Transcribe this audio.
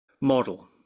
model